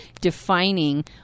defining